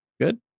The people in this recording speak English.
good